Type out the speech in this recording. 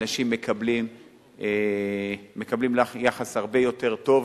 אנשים מקבלים יחס הרבה יותר טוב,